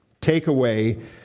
takeaway